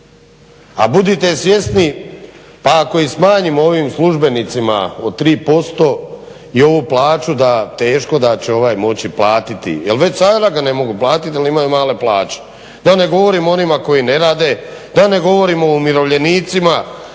A budite svjesni pa ako i smanjimo ovim službenicima od 3% i ovu plaću teško da će ovaj moći platiti, jer već sada ga ne mogu platiti jer imaju male plaće, da ne govorim o onima koji ne rade, da ne govorim o umirovljenicima,